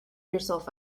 yourself